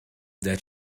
that